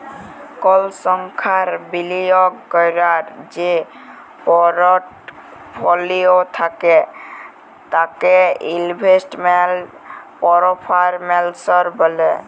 call সংস্থার বিলিয়গ career যে পরটফলিও থ্যাকে তাকে ইলভেস্টমেল্ট পারফরম্যালস ব্যলে